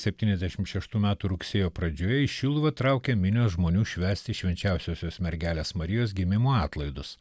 septyniasdešim šeštų metų rugsėjo pradžioje į šiluvą traukia minios žmonių švęsti švčenčiausiosios mergelės marijos gimimo atlaidus